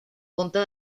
contra